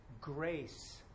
grace